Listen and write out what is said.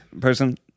person